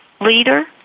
leader